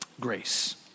Grace